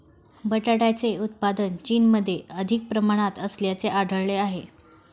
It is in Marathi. बटाट्याचे उत्पादन चीनमध्ये अधिक प्रमाणात असल्याचे आढळले आहे